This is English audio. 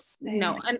No